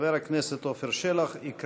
חבר הכנסת עפר שלח יקרא את נוסח השאילתה.